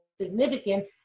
significant